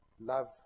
love